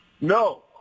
no